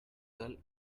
well